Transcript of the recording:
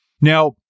Now